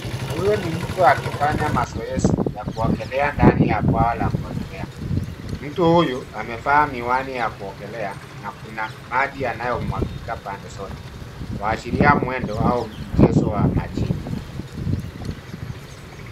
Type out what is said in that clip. Huyu ni mtu akifanya mazoezi, ya kuogolea ndani ya bwawa la kuogelea. Mtu huyu amevaa miwani ya kuogelea , na kuna maji yanayomwagika pande zote, kuashiria mwendo au mchezo wa majini.